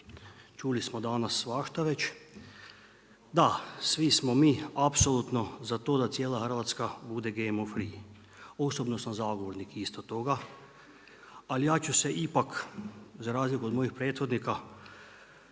Čuli smo danas svašta već, da svi smo mi apsolutno za to da cijela Hrvatska bude GMO free. Osobno sam zagovornik isto toga ali ja ću se ipak za razliku od mojih prethodnika